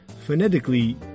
phonetically